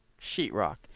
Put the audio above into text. sheetrock